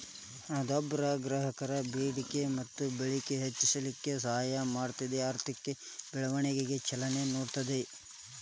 ಹಣದುಬ್ಬರ ಗ್ರಾಹಕರ ಬೇಡಿಕೆ ಮತ್ತ ಬಳಕೆ ಹೆಚ್ಚಿಸಲಿಕ್ಕೆ ಸಹಾಯ ಮಾಡ್ತದ ಆರ್ಥಿಕ ಬೆಳವಣಿಗೆಗ ಚಾಲನೆ ನೇಡ್ತದ